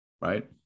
right